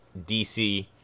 DC